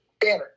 Banner